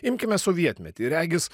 imkime sovietmetį regis